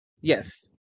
Yes